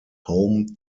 home